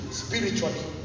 spiritually